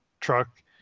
truck